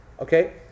Okay